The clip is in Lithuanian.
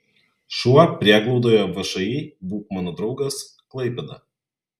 šuo prieglaudoje všį būk mano draugas klaipėda